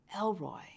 Elroy